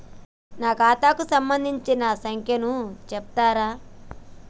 నా ఖాతా కు సంబంధించిన సంఖ్య ను చెప్తరా?